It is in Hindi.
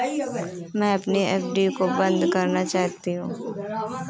मैं अपनी एफ.डी को बंद करना चाहता हूँ